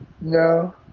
No